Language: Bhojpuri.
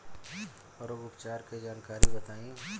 रोग उपचार के जानकारी बताई?